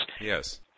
Yes